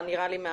נראה לי,